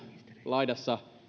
laidassa